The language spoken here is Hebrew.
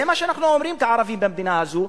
זה מה שאנחנו אומרים כערבים במדינה הזו,